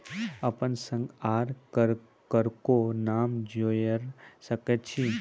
अपन संग आर ककरो नाम जोयर सकैत छी?